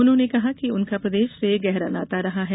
उन्होंने कहा कि उनका प्रदेश से गहरा नाता रहा है